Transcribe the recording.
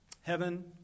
Heaven